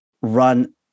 run